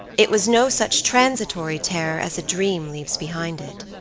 it was no such transitory terror as a dream leaves behind it.